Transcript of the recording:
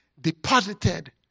deposited